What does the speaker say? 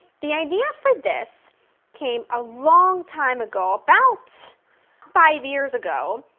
the idea for this came a long time ago, about five years ago,